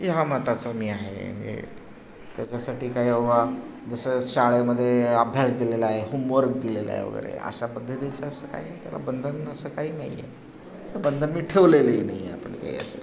ह्या मताचा मी आहे त्याच्यासाठी काय अव्वा जसं शाळेमध्ये अभ्यास दिलेला आहे होमवर्क दिलेला आहे वगैरे अशा पद्धतीचं असं काही त्याला बंधन असं काही नाही आहे बंधन मी ठेवलेलंही नाही आहे आपण काही असं